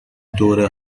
دوره